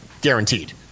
guaranteed